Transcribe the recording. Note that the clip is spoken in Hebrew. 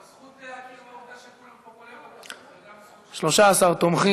גם הזכות להכיר בעובדה שכולם פה, סעיפים 1 4